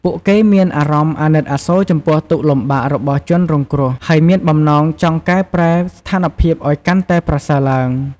ពួកគេមានអារម្មណ៍អាណិតអាសូរចំពោះទុក្ខលំបាករបស់ជនរងគ្រោះ ហើយមានបំណងចង់កែប្រែស្ថានភាពឱ្យកាន់តែប្រសើរឡើង។